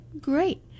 great